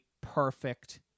perfect